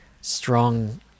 strong